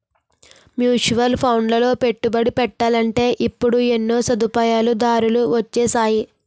mutual ఫండ్లలో పెట్టుబడి పెట్టాలంటే ఇప్పుడు ఎన్నో సదుపాయాలు దారులు వొచ్చేసాయి